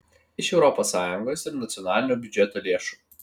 iš europos sąjungos ir nacionalinio biudžeto lėšų